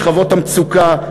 בשכבות המצוקה,